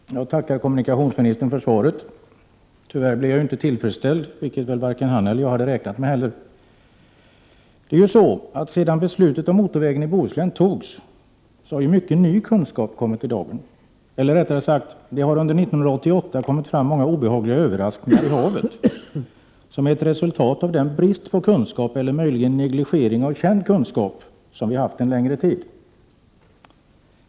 Herr talman! Jag tackar kommunikationsministern för svaret. Tyvärr blev jag inte tillfredsställd, vilket väl inte heller vare sig kommunikationsministern eller jag hade räknat med. Sedan beslutet om motorvägen i Bohuslän fattades har mycken ny kunskap kommit i dagen, eller rättare sagt har det under 1988 kommit fram många obehagliga överraskningar som ett resultat av den brist på kunskap eller möjligen negligering av känd kunskap som rått under lång tid.